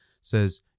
says